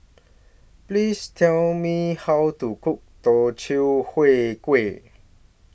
Please Tell Me How to Cook Teochew Huat Kuih